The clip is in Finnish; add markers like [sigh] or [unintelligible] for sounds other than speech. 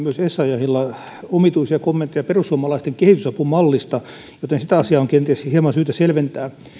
[unintelligible] myös essayahilta omituisia kommentteja perussuomalaisten kehitysapumallista joten sitä asiaa on kenties hieman syytä selventää